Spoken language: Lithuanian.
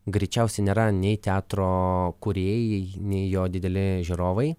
greičiausiai nėra nei teatro kūrėjai nei jo dideli žiūrovai